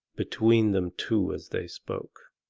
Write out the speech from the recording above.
between them two as they spoke.